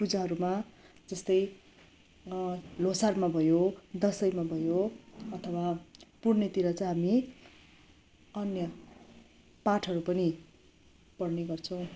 पूजाहरूमा जस्तै ल्होसारमा भयो दसैँमा भयो अथवा पूर्णेतिर चाहिँ हामी अन्य पाठहरू पनि गर्ने गर्छौँ